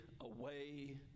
away